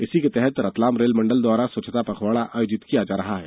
इसी के तहत रतलाम रेल मंडल द्वारा स्वच्छता पखवाडा आयोजित किया जा रहा है